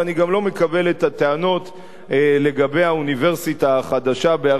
ואני גם לא מקבל את הטענות לגבי האוניברסיטה החדשה באריאל,